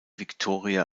victoria